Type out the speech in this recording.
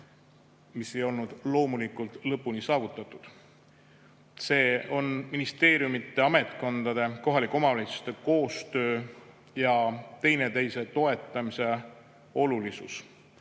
mis ei olnud loomulikult lõpuni saavutatud. See on ministeeriumide, ametkondade, kohalike omavalitsuste koostöö ja üksteise toetamise olulisus.